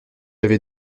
avait